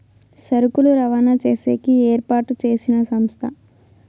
సరుకులు రవాణా చేసేకి ఏర్పాటు చేసిన సంస్థ